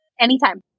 Anytime